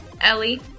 Ellie